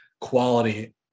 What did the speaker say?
quality